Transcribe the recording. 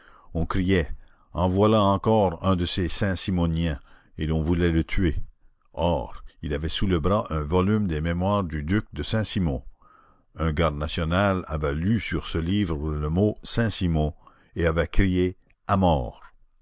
on criait en voilà encore un de ces saint simoniens et l'on voulait le tuer or il avait sous le bras un volume des mémoires du duc de saint-simon un garde national avait lu sur ce livre le mot saint-simon et avait crié à mort